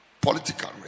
Political